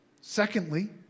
Secondly